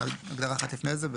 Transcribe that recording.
להגדרה אחת לפני זה,